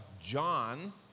John